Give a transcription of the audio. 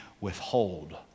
withhold